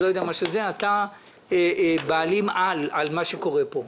אתה בעלים-על על מה שקורה פה.